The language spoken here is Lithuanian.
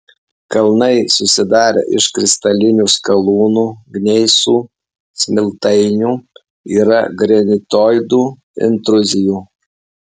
kalnai susidarę iš kristalinių skalūnų gneisų smiltainių yra granitoidų intruzijų